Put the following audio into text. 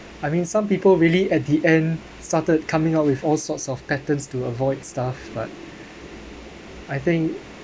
I mean some people really at the end started coming out with all sorts of patterns to avoid stuff but I think